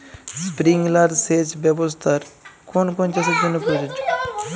Sprinkler সেচ ব্যবস্থার কোন কোন চাষের জন্য প্রযোজ্য?